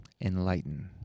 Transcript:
Enlighten